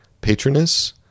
patroness